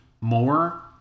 more